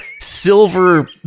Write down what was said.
silver